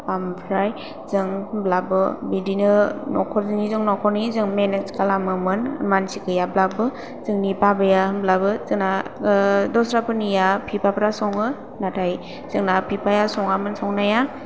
ओमफ्राय जों होनब्लाबो बिदिनो नखरनिजों नखरनि जों मेनेज खालामोमोन मानसि गैयाब्लाबो जोंनि बाबाया होनब्लाबो जोंना दस्राफोरनिया बिफाफ्रा सङो नाथाय जोंना बिफाया सङामोन संनाया